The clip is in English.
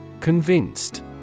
Convinced